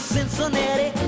Cincinnati